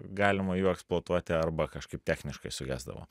galima jų eksploatuoti arba kažkaip techniškai sugesdavo